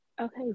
Okay